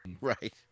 Right